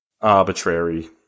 arbitrary